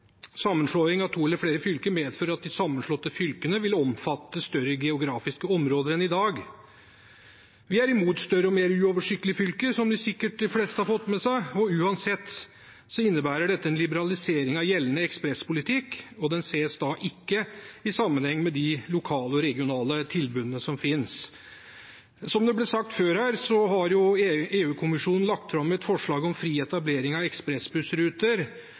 Sammenslåing av to eller flere fylker medfører at de sammenslåtte fylkene vil omfatte større geografiske områder enn i dag. Vi er imot større og mer uoversiktlige fylker, som de fleste sikkert har fått med seg. Uansett innebærer dette en liberalisering av gjeldende ekspresspolitikk og ses ikke i sammenheng med de lokale og regionale tilbudene som finnes. Som det ble sagt før her, har EU-kommisjonen lagt fram et forslag om fri etablering av ekspressbussruter